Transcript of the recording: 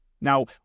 Now